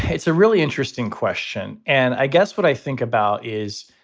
it's a really interesting question. and i guess what i think about is.